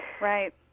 Right